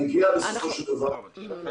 אנחנו נגיע בסופו של דבר עוד